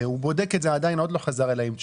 הוא בודק את זה ועדיין לא חזר אליי עם תשובה.